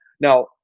Now